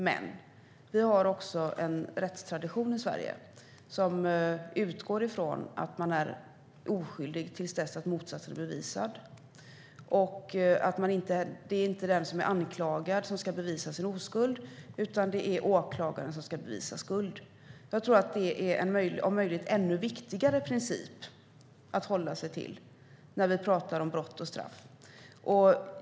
Men vi har en rättstradition i Sverige som utgår från att man är oskyldig tills motsatsen är bevisad, och det är inte den som är anklagad som ska bevisa sin oskuld, utan det är åklagaren som ska bevisa skuld. Jag tror att det är en om möjligt ännu viktigare princip att hålla sig till, när vi pratar om brott och straff.